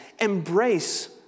embrace